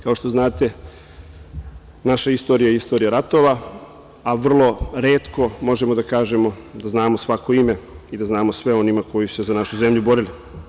Kao što znate, naša istorija je istorija ratova, a vrlo retko možemo da kažemo da znamo svako ime i da znamo sve o onima koji su se za našu zemlju borili.